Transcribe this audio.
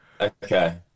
Okay